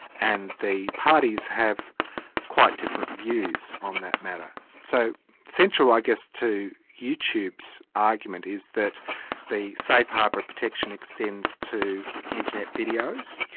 and the parties have quite different views on that matter. so central, i guess, to youtube's argument is that the safe harbour protection extends to internet videos.